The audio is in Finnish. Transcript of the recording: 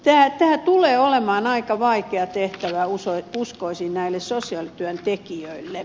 tämä tulee olemaan aika vaikea tehtävä uskoisin näille sosiaalityöntekijöille